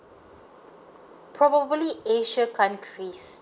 probably asia countries